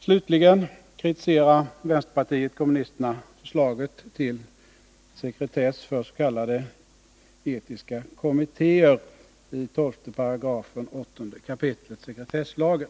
Slutligen kritiserar vänsterpartiet kommunisterna förslaget till sekretess för s.k. etiska kommittéer i 8 kap. 12 § sekretesslagen.